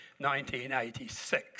1986